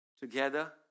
together